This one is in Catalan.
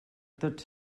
tots